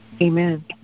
Amen